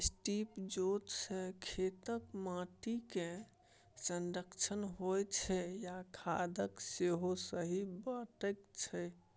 strip जोत सँ खेतक माटि केर संरक्षण होइ छै आ खाद सेहो सही बटाइ छै